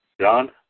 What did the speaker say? John